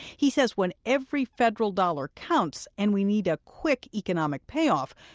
he says when every federal dollar counts and we need a quick economic payoff,